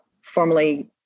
formally